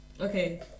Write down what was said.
okay